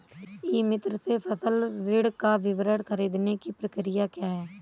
ई मित्र से फसल ऋण का विवरण ख़रीदने की प्रक्रिया क्या है?